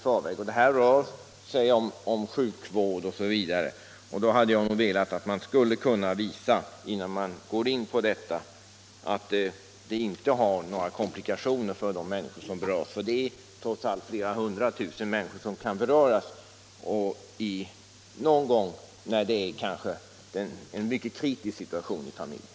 Här kan det röra sig om sjukdom osv., och då borde man först ha visat att det inte blir några komplikationer för de människor som berörs. Och det är trots allt flera hundratusen människor som kan beröras — någon gång kanske i en mycket kritisk situation i familjen.